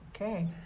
Okay